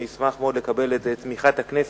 אני אשמח מאוד לקבל את תמיכת הכנסת